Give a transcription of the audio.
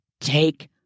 Take